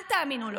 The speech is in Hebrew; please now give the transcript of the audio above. אל תאמינו לו.